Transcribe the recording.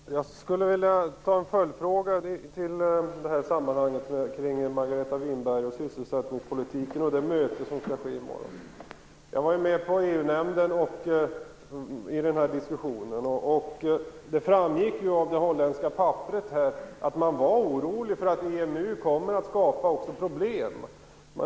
Fru talman! Jag skulle vilja ställa en följdfråga i sammanhanget kring Margareta Winberg, sysselsättningspolitiken och det möte som skall äga rum i morgon. Jag var med om den här diskussionen i EU nämnden. Det framgick av det holländska papperet att man var orolig för att EMU kommer att skapa även problem.